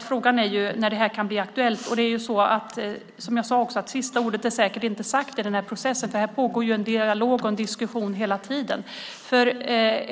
Frågan är när flytten kan bli aktuell. Som jag också sade är säkert inte sista ordet sagt i den här processen, för här pågår en dialog och en diskussion hela tiden.